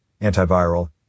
antiviral